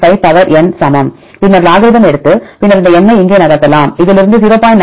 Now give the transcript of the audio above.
95 power N சமம் பின்னர் logarithm எடுத்து பின்னர் இந்த N ஐ இங்கே நகர்த்தலாம் இதிலிருந்து 0